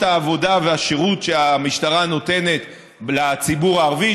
העבודה והשירות שהמשטרה נותנת לציבור הערבי,